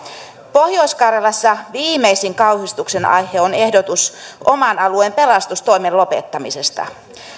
pohjois karjalassa viimeisin kauhistuksen aihe on ehdotus oman alueen pelastustoimen lopettamisesta